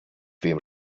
wem